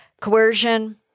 Coercion